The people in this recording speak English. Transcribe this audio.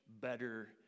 better